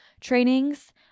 trainings